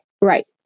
Right